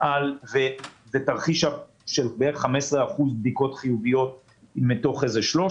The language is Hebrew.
בתרחיש של בערך 15% בדיקות חיוביות מתוך 300,